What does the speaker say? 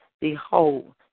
Behold